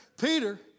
Peter